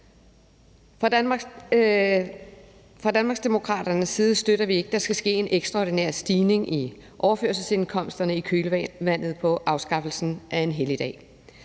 Fra Danmarksdemokraternes side støtter vi ikke, at der skal ske en ekstraordinær stigning i overførselsindkomsterne i kølvandet på afskaffelsen af en helligdag.